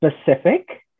specific